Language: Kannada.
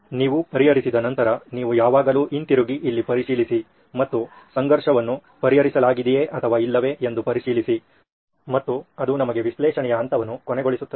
ನೀವು ಪರಿಹರಿಸಿದ ನಂತರ ನೀವು ಯಾವಾಗಲೂ ಹಿಂತಿರುಗಿ ಇಲ್ಲಿ ಪರಿಶೀಲಿಸಿ ಮತ್ತು ಸಂಘರ್ಷವನ್ನು ಪರಿಹರಿಸಲಾಗಿದೆಯೇ ಅಥವಾ ಇಲ್ಲವೇ ಎಂದು ಪರಿಶೀಲಿಸಿ ಮತ್ತು ಅದು ನಮಗೆ ವಿಶ್ಲೇಷಣೆಯ ಹಂತವನ್ನು ಕೊನೆಗೊಳಿಸುತ್ತದೆ